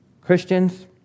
Christians